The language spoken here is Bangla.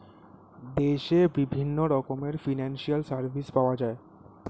দেশে বিভিন্ন রকমের ফিনান্সিয়াল সার্ভিস পাওয়া যায়